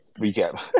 Recap